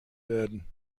werden